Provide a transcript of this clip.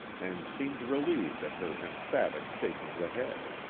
and seemed relieved at her emphatic shake of the head.